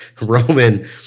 Roman